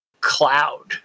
Cloud